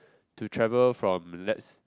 to travel from let's